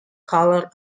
color